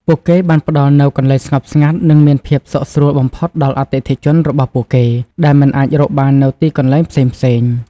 ពួកគេបានផ្តល់នូវកន្លែងស្ងប់ស្ងាត់ និងមានភាពសុខស្រួលបំផុតដល់អតិថិជនរបស់ពួកគេ ដែលមិនអាចរកបាននៅទីកន្លែងផ្សេងៗ។